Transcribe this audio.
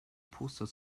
poster